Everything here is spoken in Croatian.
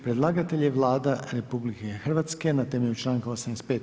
Predlagatelj je Vlada RH na temelju članka 85.